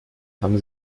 haben